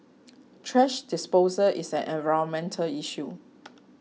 thrash disposal is an environmental issue